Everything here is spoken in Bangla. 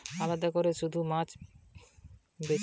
মাছের বাজারে আলাদা কোরে শুধু মাছ বেচে